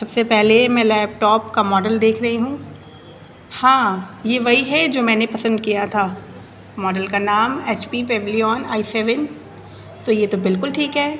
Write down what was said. سب سے پہلے میں لیپ ٹاپ کا ماڈل دیکھ رہی ہوں ہاں یہ وہی ہے جو میں نے پسند کیا تھا ماڈل کا نام H P Pavilion I seven تو یہ تو بالکل ٹھیک ہے